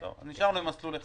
אז נשארנו עם מסלול אחד.